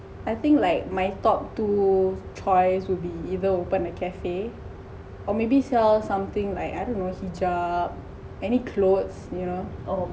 I think like my thought to choice will be either open a cafe or maybe sell something like I don't know some jugs any clothes you know